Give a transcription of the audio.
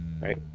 Right